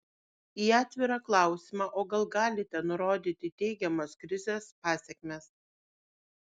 į atvirą klausimą o gal galite nurodyti teigiamas krizės pasekmes